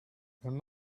none